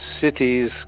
cities